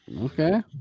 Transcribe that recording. okay